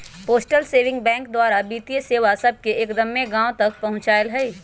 postal saving bank द्वारा वित्तीय सेवा सभके एक्दम्मे गाँव तक पहुंचायल हइ